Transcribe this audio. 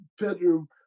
bedroom